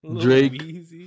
Drake